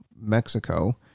Mexico